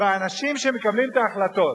באנשים שמקבלים את ההחלטות.